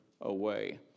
away